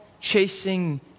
chasing